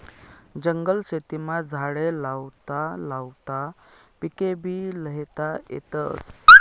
जंगल शेतीमा झाडे वाढावता वाढावता पिकेभी ल्हेता येतस